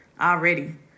already